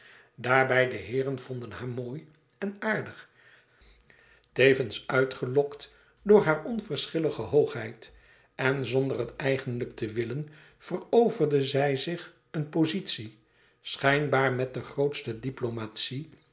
daarbij de heeren vonden haar mooi en aardig tevens toegelokt door haar onverschillige hoogheid en zonder het eigenlijk te willen veroverde zij zich een pozitie schijnbaar met de grootste diplomatie